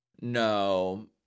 No